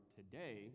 today